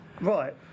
right